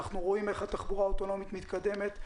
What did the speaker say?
אנחנו רואים איך התחבורה האוטונומית מתקדמת,